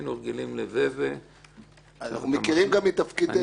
היינו רגילים ל --- אנחנו מכירים גם מתפקיד...